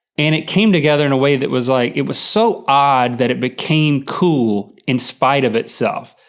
and it came together in a way that was like it was so odd that it became cool in spite of itself.